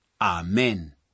Amen